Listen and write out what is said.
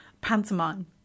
pantomime